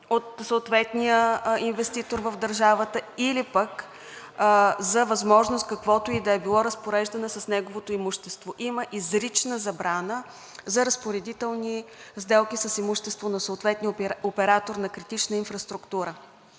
от съответния инвеститор в държавата или пък за възможност каквото и да е било разпореждане с неговото имущество. Има изрична забрана за разпоредителни сделки с имущество на съответния оператор на критична инфраструктура.